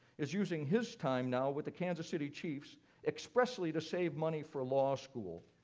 is using his time now with the kansas city chiefs expressly to save money for law school.